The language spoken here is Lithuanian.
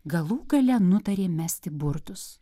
galų gale nutarė mesti burtus